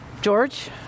George